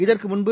இதற்கு முன்பு